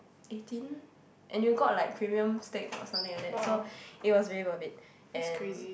eighteen and you got like premium steak or something like that so it was very worth it and